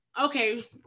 okay